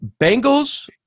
Bengals